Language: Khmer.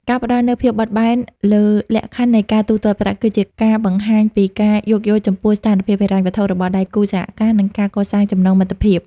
ការផ្តល់នូវភាពបត់បែនលើលក្ខខណ្ឌនៃការទូទាត់ប្រាក់ គឺជាការបង្ហាញពីការយោគយល់ចំពោះស្ថានភាពហិរញ្ញវត្ថុរបស់ដៃគូសហការ និងការកសាងចំណងមិត្តភាព។